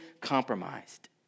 compromised